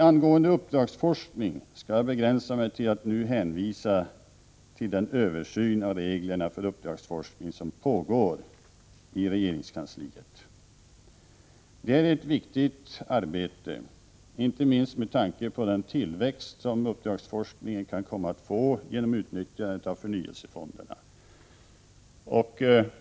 Angående uppdragsforskning skall jag begränsa mig till att nu hänvisa till den översyn av reglerna för uppdragsforskning som pågår i regeringskansliet. Det är ett viktigt arbete, inte minst med tanke på den tillväxt som uppdragsforskningen kan komma att få genom utnyttjandet av förnyelsefonderna.